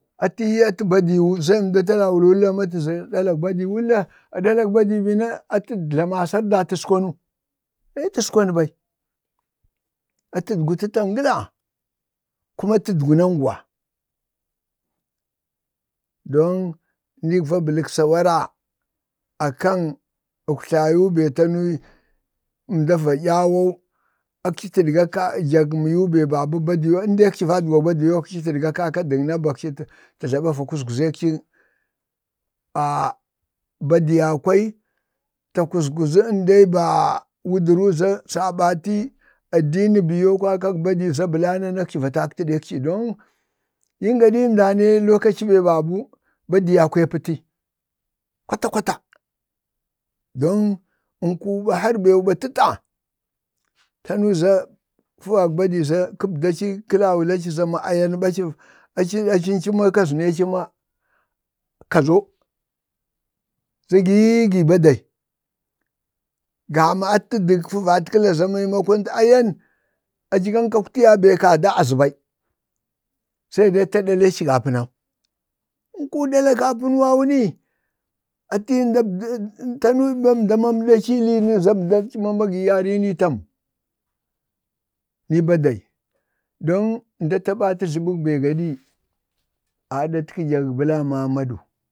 atiyii atə badiiwu za nda ɗaulu wunla za atiyi atazga ɗalak badii bena atu tlama asar da atəskwanu acetuskwanu ɓai. atədgu tətaŋgka kuma atədgu nanguwa, don nii va bələk sawara akan uktlayuu bee tanu nda va ɗyawau, akci jan miiwu be, biya indai akci vadgwak badii ni, akci tadga kaka daŋ nabi akci ta-ta Jlaba va kuzguzək si a badiya kwai, ta kuzguza, indai ba wudəru za sabati addini biyoo kwaya indai kak badii ya kwaya za blanna ni aksi va tatkədək si don yim gaɗi mda ance lokaci be babə badayakwi apəti kwata kwata, don nkuu ɓa har biswu ɓa təta. tanu zu fəvək badi za kə laulala ci ma 'ayan ɓa’ aci əncəma ka zənə ci ma kazo za gi yii gi badai. gamatə dək fəvat kəla za maimakon 'ayan aja kan kakwtiya be kada aza bai, sə dai atə ta ɗaleeci gapənnu, nku ɗalak apənuwau ni, ati yi də, mda mamləci ii, lini za əmda abdaci ma gini yarini tam? nii badai dan ndataba tə tləmək be gaɗi aɗatkə jaŋ blama amadu,